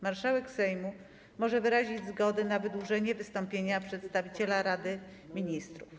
Marszałek Sejmu może wyrazić zgodę na wydłużenie wystąpienia przedstawiciela Rady Ministrów.